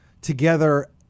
together